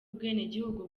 ubwenegihugu